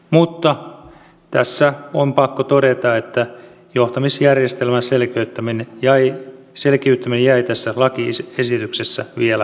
mutta tässä on pakko todeta että johtamisjärjestelmän selkeyttäminen jäi tässä lakiesityksessä vielä vajaaksi